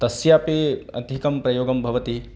तस्यपि अधिकं प्रयोगं भवति